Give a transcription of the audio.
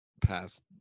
past